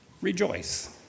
Rejoice